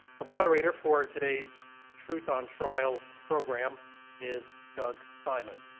the moderator for today's truth on trial program is doug simon.